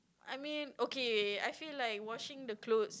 I mean okay I feel like washing the clothes